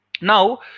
Now